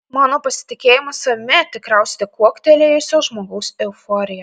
mano pasitikėjimas savimi tikriausiai tik kuoktelėjusio žmogaus euforija